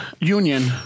Union